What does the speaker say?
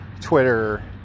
Twitter